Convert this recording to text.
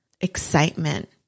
excitement